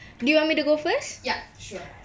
yup sure